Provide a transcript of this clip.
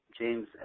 James